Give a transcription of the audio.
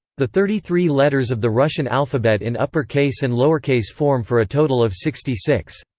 the thirty three letters of the russian alphabet in uppercase and lowercase form for a total of sixty six.